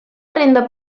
renda